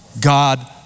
God